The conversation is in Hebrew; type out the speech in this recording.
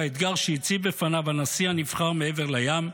האתגר שהציב בפניו הנשיא הנבחר מעבר לים?